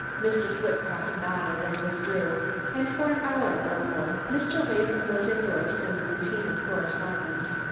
mr. flitcroft nodded and withdrew and for an hour or more mr latham was engrossed in the routine of correspondence.